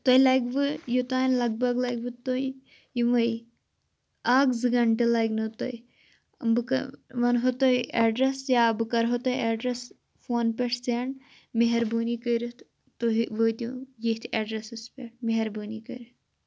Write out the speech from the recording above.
توہہِ لگوٕ یوٚتان لگ بگ لگوٕ تۄہہِ یِمے اَکھ زٕ گنٹہِ لگنَو تۄہہِ بہٕ ونہو تۄہہِ ایٚڈریس یا بہِ کرٕ ہو تۄہہِ ایٚڈریٚس فون پٮ۪ٹھ سینٛڈ مہربٲنی کٔرِتھ تُہۍ وٲتِو ییٚتھۍ ایٚڈریٚسس پٮ۪ٹھ مہربٲنی کٔرِتھ